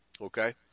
Okay